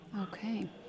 Okay